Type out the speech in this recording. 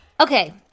Okay